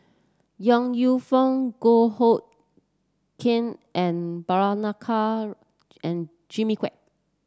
Yong Lew Foong Goh Hood Keng and Prabhakara and Jimmy Quek